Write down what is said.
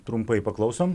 trumpai paklausom